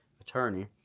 attorney